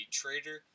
trader